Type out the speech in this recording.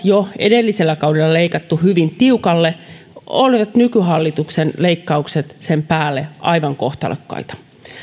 jo edellisellä kaudella leikattu hyvin tiukalle olivat nykyhallituksen leikkaukset sen päälle aivan kohtalokkaita